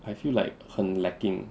I feel like 很 lacking